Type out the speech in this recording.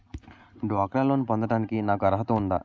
డ్వాక్రా లోన్ పొందటానికి నాకు అర్హత ఉందా?